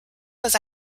was